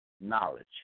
knowledge